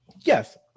Yes